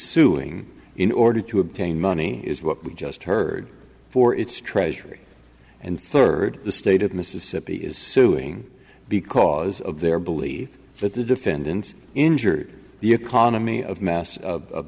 suing in order to obtain money is what we just heard for its treasury and third the state of mississippi is suing because of their believe that the defendants injured the economy of mass of